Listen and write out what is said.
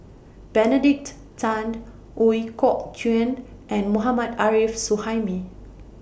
Benedict Tan Ooi Kok Chuen and Mohammad Arif Suhaimi